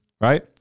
right